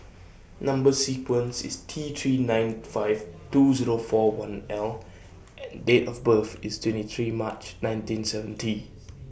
Number sequence IS T three nine five two Zero four one L and Date of birth IS twenty three March nineteen seventy